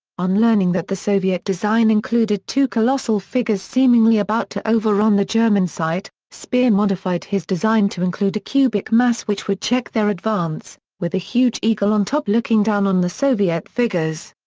on learning that the soviet design included two colossal figures seemingly about to overrun the german site, speer modified his design to include a cubic mass which would check their advance, with a huge eagle on top looking down on the soviet figures.